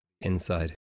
inside